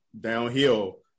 downhill